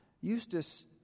Eustace